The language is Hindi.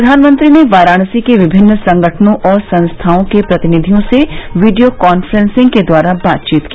प्रधानमंत्री ने वाराणसी के विमिन्न संगठनों और संस्थाओं के प्रतिनिधियों से वीडियो काफ्रेंसिंग के द्वारा बातचीत की